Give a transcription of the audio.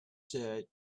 said